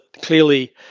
clearly